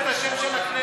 הרסת את השם של הכנסת.